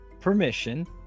permission